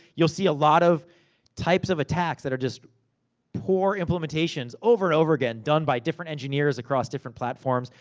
you'll see a lot of types of attacks, that are just poor implementations, over and over again, done by different engineers, across different platforms.